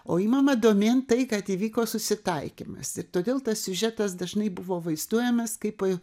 o imama domėn tai kad įvyko susitaikymas ir todėl tas siužetas dažnai buvo vaizduojamas kaip